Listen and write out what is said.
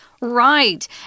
Right